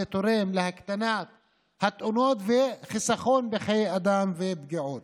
זה תורם להקטנת התאונות ולחיסכון בחיי אדם ובפגיעות.